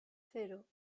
cero